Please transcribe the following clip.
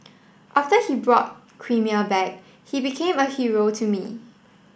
after he brought Crimea back he became a hero to me